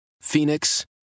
Phoenix